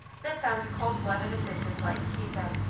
this sounds cold-blooded and business-like, he said.